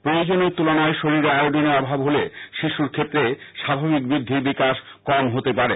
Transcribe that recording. প্রয়োজনের তুলনায় শরীরে আয়োডিনের অভাব হলে শিশুর ক্ষেত্রে স্বাভাবিক বুদ্ধির বিকাশ কম হতে পারে